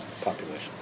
population